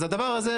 אז הדבר הזה,